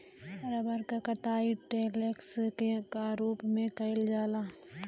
rubber क कटाई latex क रूप में कइल जाला